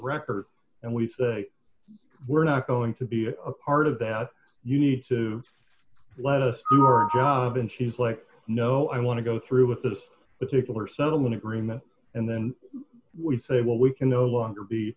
record and we say we're not going to be a part of that you need to let us do her job and she's like no i want to go through with this particular settlement agreement and then we say well we can no longer be